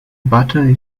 button